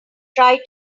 try